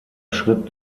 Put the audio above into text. schritt